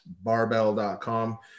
Barbell.com